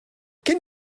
can